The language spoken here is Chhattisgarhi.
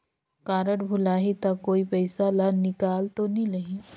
कारड भुलाही ता कोई पईसा ला निकाल तो नि लेही?